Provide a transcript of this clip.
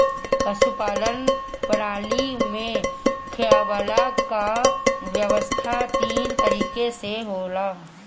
पशुपालन प्रणाली में खियवला कअ व्यवस्था तीन तरीके से होला